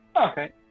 okay